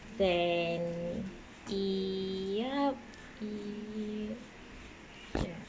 then yup ya